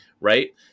right